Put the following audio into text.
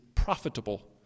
profitable